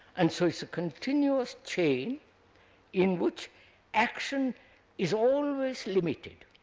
and so it is a continuous chain in which action is always limited.